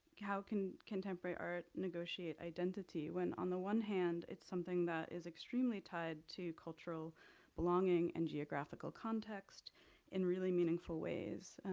how can contemporary art negotiate identity when on the one hand it's something that is extremely tied to cultural belonging and geographical context in really meaningful ways?